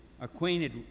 acquainted